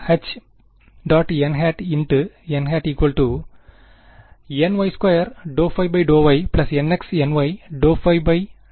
HtanH H